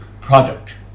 product